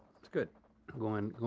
that's good. i'm going,